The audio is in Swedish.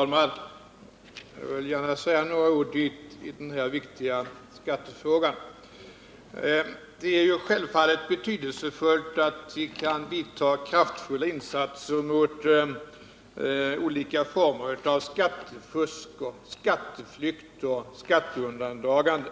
Herr talman! Jag vill gärna säga några ord i denna viktiga skattefråga. Det är ju självfallet betydelsefullt att vi kan vidta kraftfulla insatser mot olika former av skattefusk, skatteflykt och skatteundandragande.